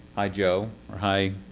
hi, joe. or hi,